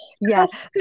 Yes